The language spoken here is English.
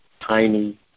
tiny